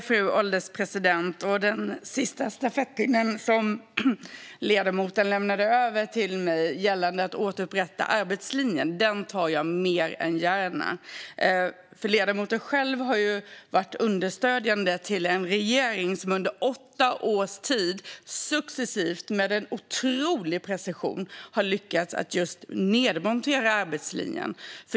Fru ålderspresident! Den sista stafettpinnen som ledamoten lämnade över till mig gällande att återupprätta arbetslinjen tar jag mer än gärna emot. Ledamoten själv har varit understödjande till en regering som under åtta års tid successivt och med otrolig precision lyckats nedmontera arbetslinjen.